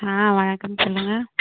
ஆ வணக்கம் சொல்லுங்கள்